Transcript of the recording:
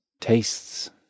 tastes